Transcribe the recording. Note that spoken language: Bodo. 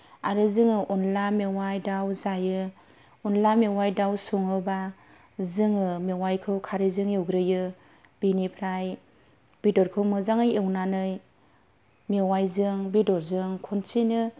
आरो जोङो अनद्ला मेवाय दाउ जायो अनद्ला मेवाय दाउ सङोबा जोङो मेवायखौ खारैजों एवग्रोयो बेनिफ्राय बेदरखौ मोजाङै एवनानै मेवायजों बेदरजों खनसेनो